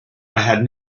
had